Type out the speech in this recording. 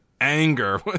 anger